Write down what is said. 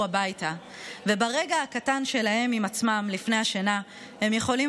הביתה וברגע הקטן שלהם עם עצמם לפני השינה הם יכולים